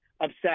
upset